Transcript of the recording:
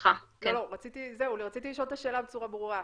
רציתי לשאול את השאלה בצורה ברורה.